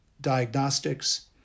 diagnostics